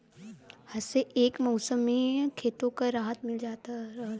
इह्से एक मउसम मे खेतो के राहत मिल जात रहल